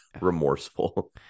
remorseful